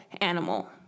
animal